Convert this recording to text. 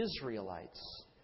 Israelites